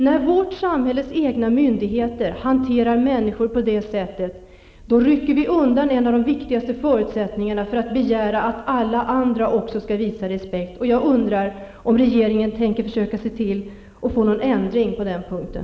När vårt samhälles egna myndigheter hanterar människor på det sättet, rycks en av de viktigaste förutsättningarna undan för kravet att alla andra skall visa respekt. Jag undrar om regeringen avser att åstadkomma förändring på den punkten.